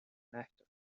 nähtud